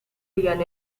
began